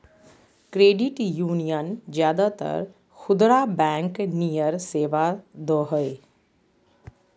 credit union ज्यादातर खुदरा bank नियर सेवा दो हइ